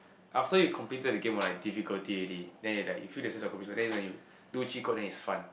after you completed the game or like difficulty already then you like you feel the sense of accomplishment then when you do cheat code then it's fun